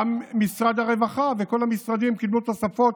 גם משרד הרווחה וכל המשרדים קיבלו תוספות.